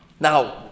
Now